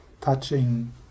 touching